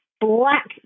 black